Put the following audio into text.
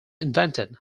invented